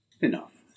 Enough